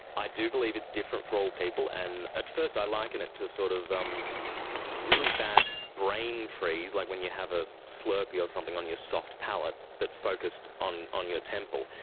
i do believe it's different for all people, and at first i liken it to sort of um really bad brain freeze, like when you have a slurpee or something on your soft palate, but focused on on your temple.